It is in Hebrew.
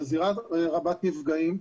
של זירה רבת נפגעים,